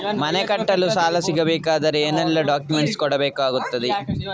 ಮನೆ ಕಟ್ಟಲು ಸಾಲ ಸಿಗಬೇಕಾದರೆ ಏನೆಲ್ಲಾ ಡಾಕ್ಯುಮೆಂಟ್ಸ್ ಕೊಡಬೇಕಾಗುತ್ತದೆ?